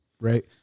right